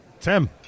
Tim